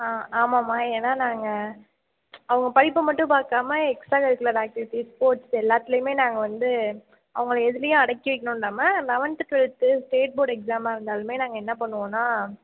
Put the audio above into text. ஆ ஆமாம்மா ஏன்னால் நாங்கள் அவங்க படிப்பை மட்டும் பார்க்காம எக்ஸ்ட்ரா கரிக்குலர் ஆக்ட்டிவிட்டிஸ் ஸ்போட்ஸ் எல்லாத்லேயுமே நாங்கள் வந்து அவங்கள எதுலேயும் அடக்கி வைக்கணுன் இல்லாமல் லவென்த்துக்குக்கு ஸ்டேட் போர்டு எக்ஸாமாக இருந்தாலுமே நாங்கள் என்ன பண்ணுவோனால்